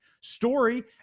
story